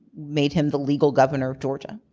made him the legal governor of georgia.